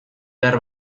behar